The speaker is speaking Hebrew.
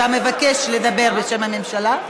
אתה מבקש לדבר בשם הממשלה?